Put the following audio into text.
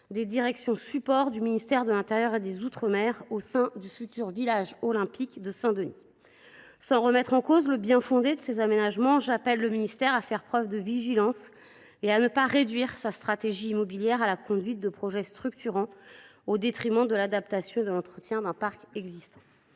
des directions supports du ministère de l’intérieur et des outre mer au sein du futur village olympique de Saint Denis. Sans remettre en cause le bien fondé de ces aménagements, j’appelle le ministère à faire preuve de vigilance et à ne pas réduire sa stratégie immobilière à la conduite de projets structurants au détriment de l’adaptation et de l’entretien du parc existant.